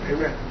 Amen